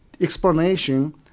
explanation